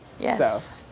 Yes